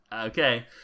Okay